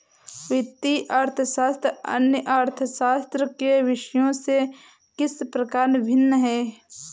वित्तीय अर्थशास्त्र अन्य अर्थशास्त्र के विषयों से किस प्रकार भिन्न है?